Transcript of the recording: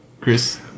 Chris